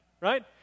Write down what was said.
right